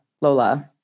Lola